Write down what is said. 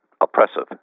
oppressive